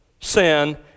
sin